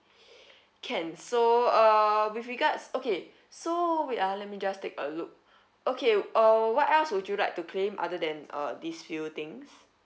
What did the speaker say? can so uh with regards okay so wait ah let me just take a look okay uh what else would you like to claim other than uh these few things